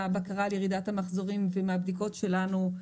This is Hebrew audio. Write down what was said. בקרה על ירידת המחזורים ומהבדיקות שלנו,